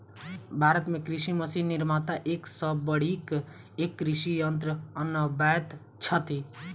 भारत मे कृषि मशीन निर्माता एक सॅ बढ़ि क एक कृषि यंत्र बनबैत छथि